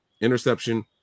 interception